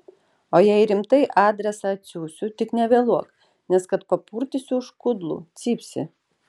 o jei rimtai adresą atsiųsiu tik nevėluok nes kad papurtysiu už kudlų cypsi